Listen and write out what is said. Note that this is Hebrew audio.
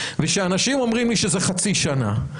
וכשאנשים אומרים לי שזה חצי שנה,